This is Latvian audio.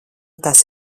tas